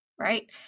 right